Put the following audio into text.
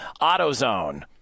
AutoZone